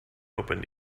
opened